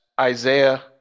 Isaiah